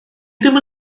ddim